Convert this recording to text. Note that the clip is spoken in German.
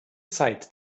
zeit